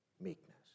meekness